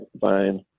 fine